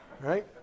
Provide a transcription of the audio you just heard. Right